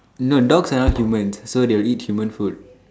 no dogs are not human so they will eat human food